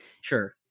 Sure